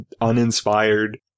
uninspired